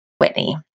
Whitney